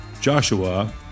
Joshua